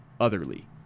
otherly